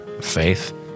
faith